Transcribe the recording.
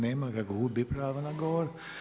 Nema ga, gubi pravo na govor.